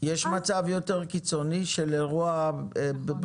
אז --- יש מצב יותר קיצוני של אירוע בריאותי.